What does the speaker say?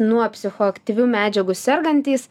nuo psichoaktyvių medžiagų sergantys